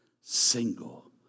single